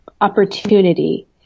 opportunity